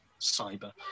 Cyber